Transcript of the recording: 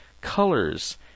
colors